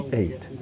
eight